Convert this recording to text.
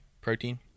protein